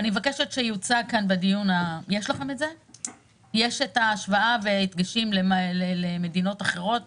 אני מבקשת שיוצג פה בדיון יש השוואה ודגשים למדינות אחרות,